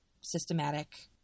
systematic